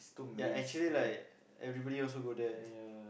ya actually like everybody also go there